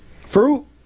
Fruit